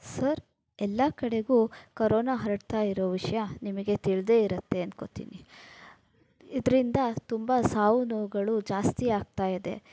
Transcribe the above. sir ಎಲ್ಲ ಕಡೆಗೂ corona ಹರಡ್ತಾ ಇರೋ ವಿಷಯ ನಿಮಗೆ ತಿಳಿದೇ ಇರತ್ತೆ ಅನ್ಕೋತೀನಿ ಇದರಿಂದ ತುಂಬ ಸಾವು ನೋವುಗಳು ಜಾಸ್ತಿಯಾಗ್ತಾ ಇದೆ